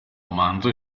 romanzo